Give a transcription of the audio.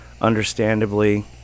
understandably